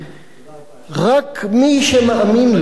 תירגע.